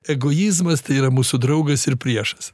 egoizmas tai yra mūsų draugas ir priešas